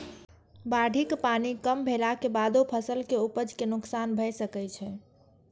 बाढ़िक पानि कम भेलाक बादो फसल के उपज कें नोकसान भए सकै छै